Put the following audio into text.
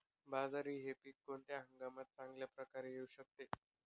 बाजरी हे पीक कोणत्या हंगामात चांगल्या प्रकारे येऊ शकते?